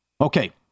Okay